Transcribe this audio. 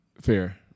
fair